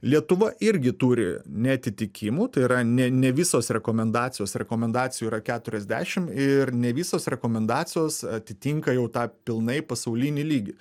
lietuva irgi turi neatitikimų tai yra ne ne visos rekomendacijos rekomendacijų yra keturiasdešimt ir ne visos rekomendacijos atitinka jau tą pilnai pasaulinį lygį